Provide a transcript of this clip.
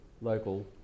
local